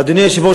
אדוני היושב-ראש,